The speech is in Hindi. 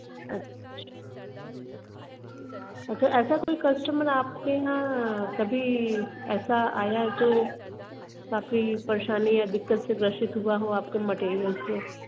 अच्छा अच्छा ऐसा कोई कस्टमर आपके यहाँ कभी ऐसा आया तो काफ़ी परेशानी या दिक्कत से ग्रसित हुआ हो आपके मटेरियल से